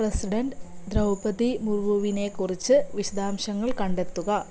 president Droupadi മുർമുവിനെക്കുറിച്ച് വിശദാംശങ്ങൾ കണ്ടെത്തുക